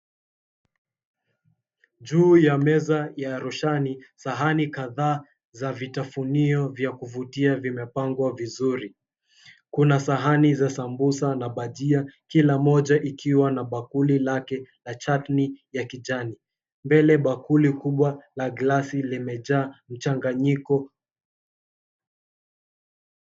Juu ya meza ya roshani, sahani kadhaa za vitafunio vya kuvutia vimepangwa vizuri. Kuna sahani za sambusa na bajia, kila mmoja ikiwa na bakuli lake la chatni ya kijani. Mbele bakuli kubwa la glasi limejaa mchanganyiko.